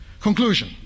Conclusion